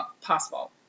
possible